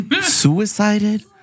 Suicided